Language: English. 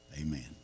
Amen